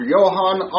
Johann